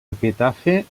epitafi